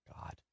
God